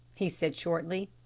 he said shortly.